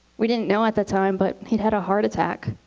we didn't know at the time, but he'd had a heart attack.